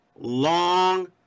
long